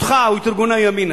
אותך או את ארגוני הימין.